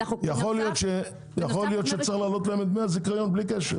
יכול להיות שצריך להעלות להם את דמי הזיכיון בלי קשר.